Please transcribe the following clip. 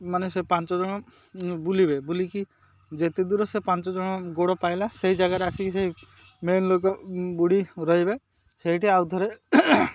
ମାନେ ସେ ପାଞ୍ଚ ଜଣ ବୁଲିବେ ବୁଲିକି ଯେତେ ଦୂର ସେ ପାଞ୍ଚ ଜଣ ଗୋଡ଼ ପାଇଲା ସେଇ ଜାଗାରେ ଆସିକି ସେଇ ମେନ୍ ଲୋକ ବୁଡ଼ି ରହିବେ ସେଇଠି ଆଉ ଥରେ